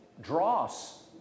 Dross